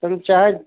तुम चाहे